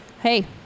Hey